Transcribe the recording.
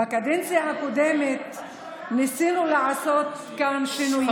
בקדנציה הקודמת ניסינו לעשות כאן שינויים,